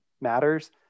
matters